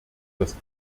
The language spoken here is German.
das